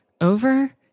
over